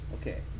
Okay